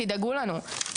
תדאגו לנו.